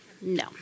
no